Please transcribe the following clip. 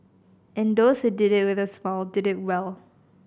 and those who did it with a smile did it well